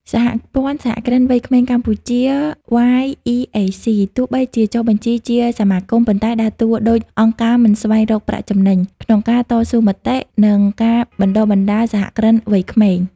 សហព័ន្ធសហគ្រិនវ័យក្មេងកម្ពុជា (YEAC) ទោះបីជាចុះបញ្ជីជាសមាគម ប៉ុន្តែដើរតួដូចអង្គការមិនស្វែងរកប្រាក់ចំណេញ ក្នុងការតស៊ូមតិ និងការបណ្ដុះបណ្ដាលសហគ្រិនវ័យក្មេង។